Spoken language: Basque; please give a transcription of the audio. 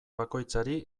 bakoitzari